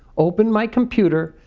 opened my computer,